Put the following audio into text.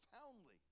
profoundly